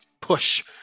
push